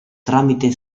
tramite